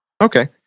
Okay